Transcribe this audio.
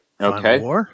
Okay